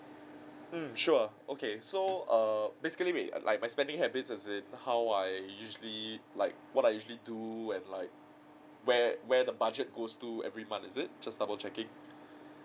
mm sure okay so err basically like my spending habits as in how I usually like what I usually do and like where where the budget goes to every month is it just double checking